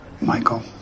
Michael